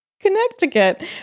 Connecticut